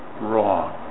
wrong